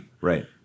right